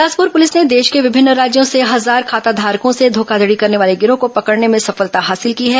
Bilaspur police ने देश के विभिन्न राज्यों से हजार खाताधारकों से धोखाधड़ी करने वाले गिरोह को पकड़ने में सफलता हासिल की है